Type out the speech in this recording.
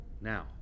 Now